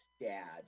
dad